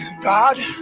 God